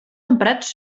emprats